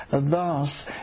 thus